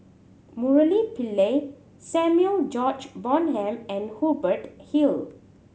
Murali Pillai Samuel George Bonham and Hubert Hill